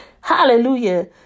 Hallelujah